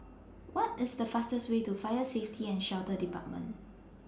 What IS The fastest Way to Fire Safety and Shelter department